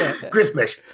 Christmas